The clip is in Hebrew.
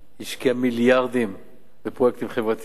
היא השקיעה מיליארדים בפרויקטים חברתיים.